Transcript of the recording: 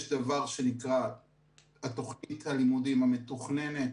יש דבר שנקרא תוכנית הלימודים המתוכננת,